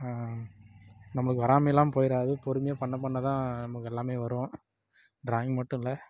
நமக்கு வராமயெல்லாம் போயிடாது பொறுமையாக பண்ண பண்ணதான் நமக்கு எல்லாம் வரும் டிராயிங் மட்டுமில்ல